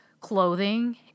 clothing